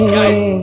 guys